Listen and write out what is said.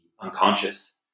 unconscious